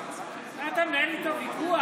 מה אתה מנהל איתו ויכוח?